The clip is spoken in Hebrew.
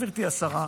גברתי השרה,